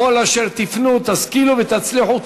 ובכל אשר תפנו תשכילו ותצליחו.